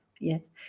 yes